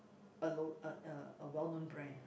a lo~ a a a well known brand